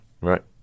right